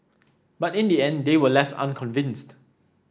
but in the end they were left unconvinced